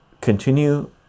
continue